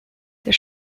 der